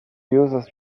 users